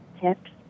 tips